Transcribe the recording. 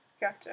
Gotcha